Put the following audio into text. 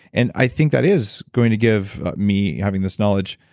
and i think that is going to give me, having this knowledge,